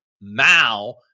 Mao